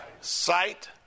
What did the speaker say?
sight